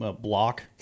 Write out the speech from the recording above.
block